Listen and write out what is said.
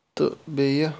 تہٕ بیٚیہِ